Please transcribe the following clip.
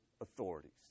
authorities